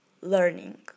learning